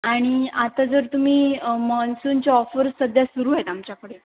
आणि आता जर तुम्ही मान्सूनचे ऑफर्स सध्या सुरू आहेत आमच्याकडे